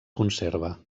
conserva